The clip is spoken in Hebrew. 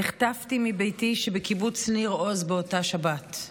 נחטפתי מביתי שבקיבוץ ניר עוז באותה שבת.